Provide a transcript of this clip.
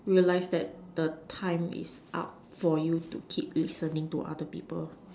realize that the time is up for you to keep listening to people